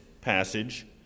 passage